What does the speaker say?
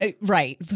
right